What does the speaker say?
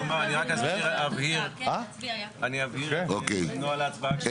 אז רגע, אני רק אבהיר את נוהל ההצבעה.